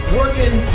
working